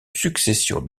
succession